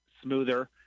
smoother